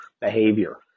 behavior